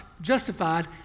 justified